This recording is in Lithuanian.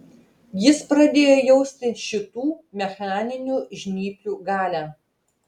jis pradėjo jausti šitų mechaninių žnyplių galią